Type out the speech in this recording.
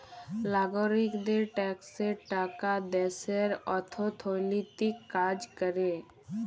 লাগরিকদের ট্যাক্সের টাকা দ্যাশের অথ্থলৈতিক কাজ ক্যরে